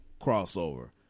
crossover